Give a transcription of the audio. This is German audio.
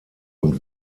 und